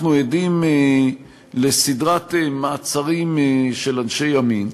אנחנו עדים לסדרת מעצרים של אנשי ימין,